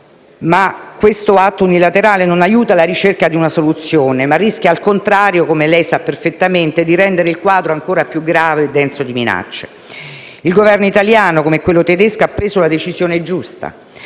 questo atto unilaterale non aiuta la ricerca di una soluzione, ma rischia al contrario, come lei sa perfettamente, di rendere il quadro più grave e denso di minacce. Il Governo italiano, come quello tedesco, ha preso la decisione giusta